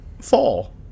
fall